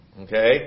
Okay